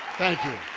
thank you.